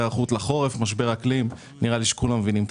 לא נוכל להרשות לעצמנו לגרור הוצאות מן השנה הזו לשנה הבאה.